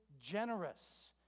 generous